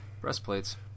breastplates